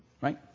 Right